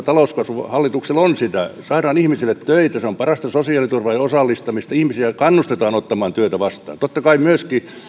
talouskasvua hallituksella on saadaan ihmisille töitä se on parasta sosiaaliturvaa ja osallistamista ihmisiä kannustetaan ottamaan työtä vastaan totta kai myöskin